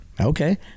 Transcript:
okay